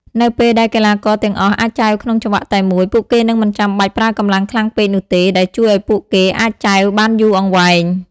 នៅពេលដែលកីឡាករទាំងអស់អាចចែវក្នុងចង្វាក់តែមួយ ពួកគេនឹងមិនចាំបាច់ប្រើកម្លាំងខ្លាំងពេកនោះទេ ដែលជួយឲ្យពួកគេអាចចែវបានយូរអង្វែង។